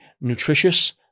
nutritious